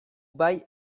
bai